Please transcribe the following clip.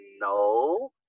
no